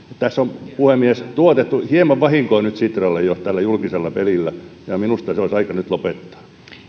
tässä on puhemies jo tuotettu hieman vahinkoa nyt sitralle tällä julkisella pelillä ja minusta se olisi aika nyt lopettaa